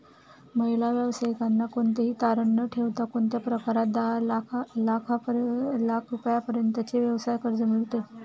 महिला व्यावसायिकांना कोणतेही तारण न ठेवता कोणत्या प्रकारात दहा लाख रुपयांपर्यंतचे व्यवसाय कर्ज मिळतो?